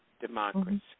democracy